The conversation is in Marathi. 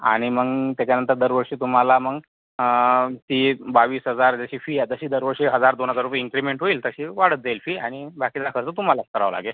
आणि मग त्याच्यानंतर दरवर्षी तुम्हाला मग ती बावीस हजार जशी फी आहे दशी दरवर्षी हजार दोन हजार रुपये इन्क्रिमेंट होईल तशी वाढत जाईल फी आणि बाकीचा खर्च तो तुम्हालाच करावा लागेल